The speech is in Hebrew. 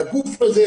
לגוף הזה,